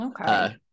Okay